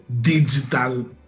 digital